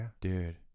Dude